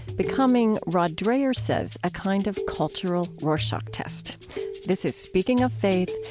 becoming, rod dreher says, a kind of cultural rorschach test this is speaking of faith.